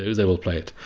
they will play it.